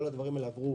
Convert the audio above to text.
כל הדברים האלה עברו